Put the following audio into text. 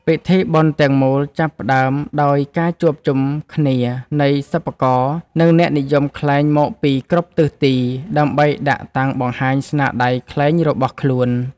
ពិធីបុណ្យទាំងមូលចាប់ផ្ដើមដោយការជួបជុំគ្នានៃសិប្បករ និងអ្នកនិយមខ្លែងមកពីគ្រប់ទិសទី ដើម្បីដាក់តាំងបង្ហាញស្នាដៃខ្លែងរបស់ខ្លួន។